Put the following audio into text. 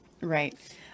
Right